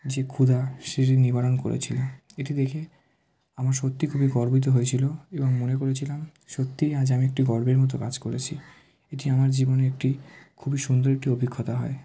যে ক্ষুধা সেটি নিবারণ করেছিল এটি দেখে আমার সত্যিই খুবই গর্বিত হয়েছিল এবং মনে করেছিলাম সত্যিই আজ আমি একটি গর্বের মতো কাজ করেছি এটি আমার জীবনে একটি খুবই সুন্দর একটি অভিজ্ঞতা হয়